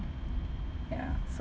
ya so